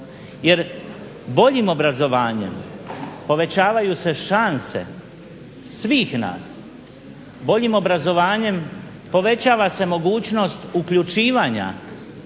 Jer boljim obrazovanjem povećavaju se šanse svih nas, boljim obrazovanjem povećava se mogućnost uključivanja